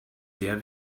sehr